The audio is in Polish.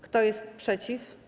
Kto jest przeciw?